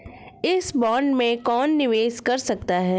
इस बॉन्ड में कौन निवेश कर सकता है?